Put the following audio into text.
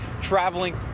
traveling